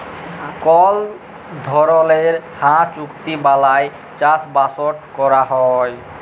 call ধরলের হাঁ চুক্তি বালায় চাষবাসট ক্যরা হ্যয়